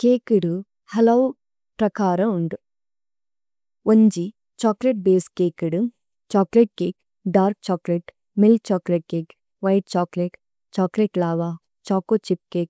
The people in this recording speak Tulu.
കേകിദു ഹലൌ പ്രകാര ഉന്ദു। ഒന്ന്। ഛ്ഹോചോലതേ ബസേ കേകിദു chocolate cake, dark chocolate, milk chocolate cake, white chocolate, chocolate lava, choco chip cake,